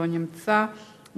לא נמצא,